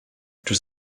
durch